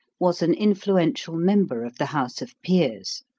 was an influential member of the house of peers.